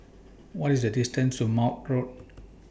What IS The distance to Maude Road